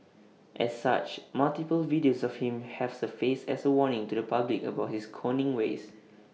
as such multiple videos of him have surfaced as A warning to the public about his conning ways